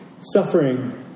suffering